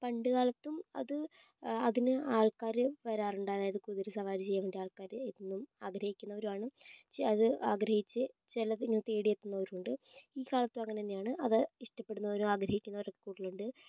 പണ്ട് കാലത്തും അത് അതിന് ആൾക്കാര് വരാറുണ്ട് അതായത് കുതിരസവാരി ചെയ്യാൻ വേണ്ടി ആൾക്കാര് എന്നും ആഗ്രഹിക്കുന്നവരും ആണ് അത് ആഗ്രഹിച്ച് ചിലര് ഇങ്ങനെ തേടി എത്തുന്നവരും ഉണ്ട് ഈ കാലത്തും അങ്ങനെ തന്നെ ആണ് അത് ഇഷ്ടപ്പെടുന്നവരും ആഗ്രഹിക്കുന്നവരും ഒക്കെ കൂടുതൽ ഉണ്ട്